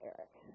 Eric